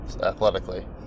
athletically